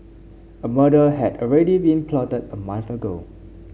a murder had already been plotted a month ago